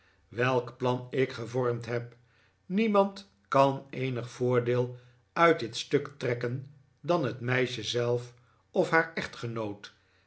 welk plan ik gevormd heb niemand kan eenig voordeel uit dit stuk trekken dan het meisje zelf of haar echtgenoot